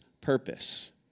purpose